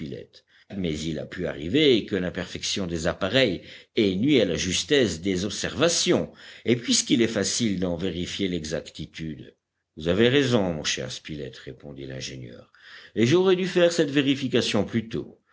mais il a pu arriver que l'imperfection des appareils ait nui à la justesse des observations et puisqu'il est facile d'en vérifier l'exactitude vous avez raison mon cher spilett répondit l'ingénieur et j'aurais dû faire cette vérification plus